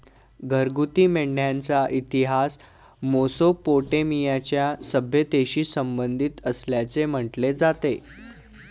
घरगुती मेंढ्यांचा इतिहास मेसोपोटेमियाच्या सभ्यतेशी संबंधित असल्याचे म्हटले जाते